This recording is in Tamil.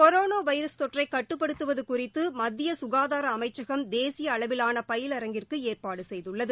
கொரோனாவைரஸ் தொற்றைகட்டுப்படுத்துவதுகுறித்துமத்தியசுகாதாரஅமைச்சகம் தேசியஅளவிலானபயிலரங்கிற்குஏற்பாடுசெய்துள்ளது